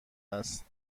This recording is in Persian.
است